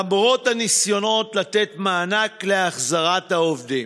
למרות הניסיונות לתת מענק להחזרת העובדים.